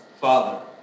Father